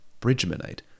Bridgmanite